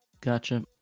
Gotcha